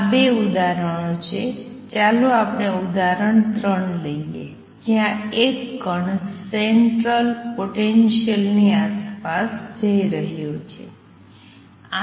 આ બે ઉદાહરણો છે ચાલો આપણે ઉદાહરણ 3 લઈએ જ્યાં એક કણ સેંટરલ પોટેન્સિયલ ની આસપાસ જઇ રહ્યો છે